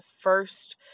first